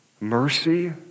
mercy